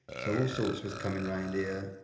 so all sorts was coming round here,